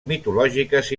mitològiques